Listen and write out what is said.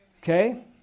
Okay